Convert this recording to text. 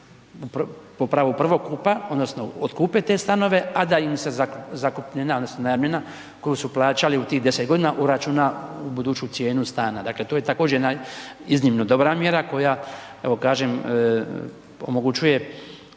da po pravu prvokupa, odnosno, otkupe te stanove, a da im se zakupnina, odnosno, najamnina koju su plaćali u tih 10 g. uračuna u buduću cijenu stana, dakle, to je također jedna iznimno dobra mjera, koja evo, kažem omogućuje